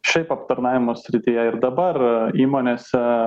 šiaip aptarnavimo srityje ir dabar įmonėse